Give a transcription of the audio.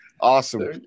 awesome